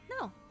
No